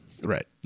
Right